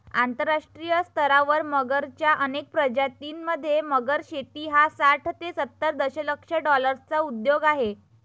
आंतरराष्ट्रीय स्तरावर मगरच्या अनेक प्रजातीं मध्ये, मगर शेती हा साठ ते सत्तर दशलक्ष डॉलर्सचा उद्योग आहे